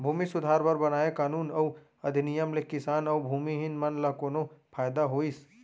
भूमि सुधार बर बनाए कानून अउ अधिनियम ले किसान अउ भूमिहीन मन ल कोनो फायदा होइस?